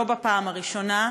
לא בפעם הראשונה.